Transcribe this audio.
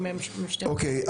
אוקיי,